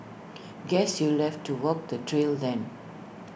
guess you'll left to walk the trail then